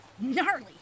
Gnarly